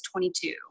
22